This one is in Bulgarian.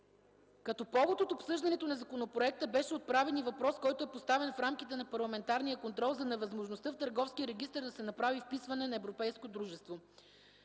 Като повод от обсъждането на законопроекта беше отправен и въпрос, който е поставен в рамките на парламентарния контрол - за невъзможността в Търговския регистър да се направи вписване на европейско дружество;